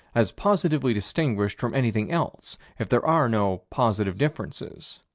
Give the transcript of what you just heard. as positively distinguished from anything else, if there are no positive differences.